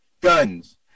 guns